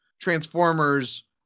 Transformers